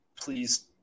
please